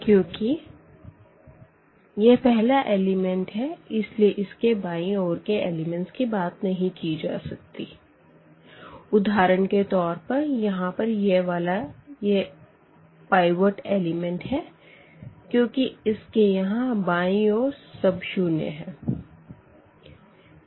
क्यूँकि यह पहला एलिमेंट है इसलिए इसके बायीं ओर के एलिमेंट्स की बात नहीं की जा सकती उदाहरण के तौर पर यहां पर यह वाला यह पाइवट एलिमेंट है क्योंकि इसके यहाँ बायीं ओर सब शून्य है